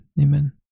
Amen